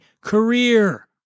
career